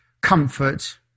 comfort